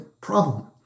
problem